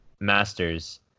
Masters